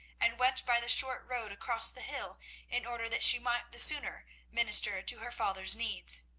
and went by the short road across the hill in order that she might the sooner minister to her father's needs.